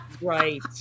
right